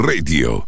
Radio